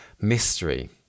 mystery